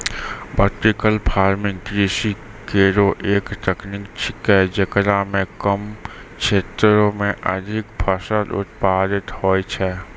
vertical farming कृषि केरो एक तकनीक छिकै, जेकरा म कम क्षेत्रो में अधिक फसल उत्पादित होय छै